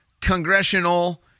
congressional